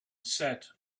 set